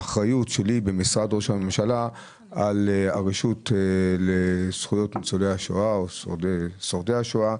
האחריות במשרד ראש הממשלה על הרשות לזכויות ניצולי או שורדי השואה.